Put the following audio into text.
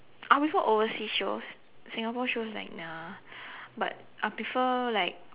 I prefer overseas shows Singapore shows like nah but I prefer like